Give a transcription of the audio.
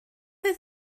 oedd